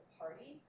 party